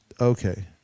okay